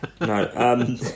No